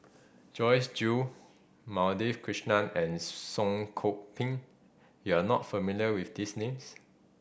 Joyce Jue Madhavi Krishnan and Song Koon Poh you are not familiar with these names